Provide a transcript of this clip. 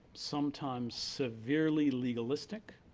sometimes severely legalistic.